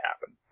happen